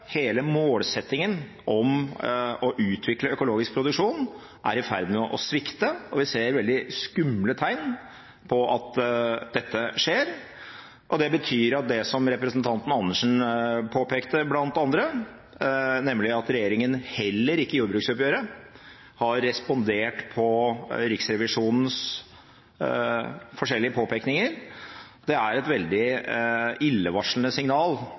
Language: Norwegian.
hele prinsippet, hele målsettingen, om å utvikle økologisk produksjon er i ferd med å svikte, og vi ser veldig skumle tegn på at dette skjer. Det betyr, som representanten Karin Andersen bl.a. påpekte, at regjeringen heller ikke i jordbruksoppgjøret har respondert på Riksrevisjonens forskjellige påpekninger, og det er et veldig illevarslende signal